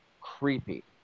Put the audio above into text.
creepy